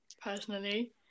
personally